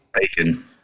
Bacon